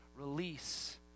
release